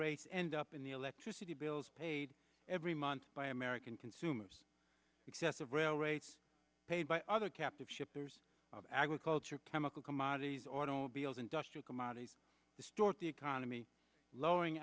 rates end up in the electricity bills paid every month by american consumers excessive rail rates paid by other captive shippers of agriculture chemical commodities automobiles industrial commodities distort the economy lowering